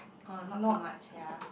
or not too much ya